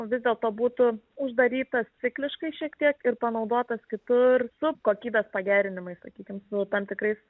vis dėlto būtų uždarytas cikliškai šiek tiek ir panaudotas kitur su kokybės pagerinimais sakykim nu tam tikrais